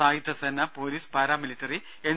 സായുധസേന police paramilitary N